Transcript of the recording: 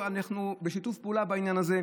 אנחנו בשיתוף פעולה בעניין הזה.